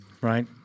Right